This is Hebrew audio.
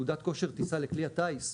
תעודת כושר טיסה לכלי הטייס,